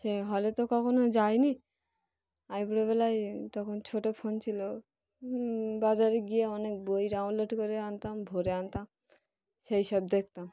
সে হলে তো কখনও যায়নি আইবুড়ো বেলায় তখন ছোটো ফোন ছিল বাজারে গিয়ে অনেক বই ডাউনলোড করে আনতাম ভরে আনতাম সেই সব দেখতাম